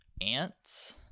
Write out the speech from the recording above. ants